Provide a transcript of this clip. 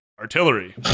artillery